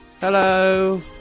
Hello